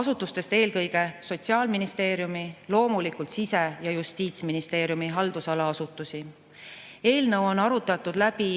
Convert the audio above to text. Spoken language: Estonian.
asutustest eelkõige Sotsiaalministeeriumi, loomulikult Siseministeeriumi ja Justiitsministeeriumi haldusala asutusi. Eelnõu on arutatud läbi